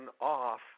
off